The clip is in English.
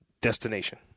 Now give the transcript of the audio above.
destination